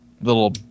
little